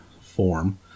form